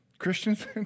Christians